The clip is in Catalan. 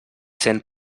sent